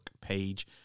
page